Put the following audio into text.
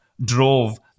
drove